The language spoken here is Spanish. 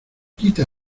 quita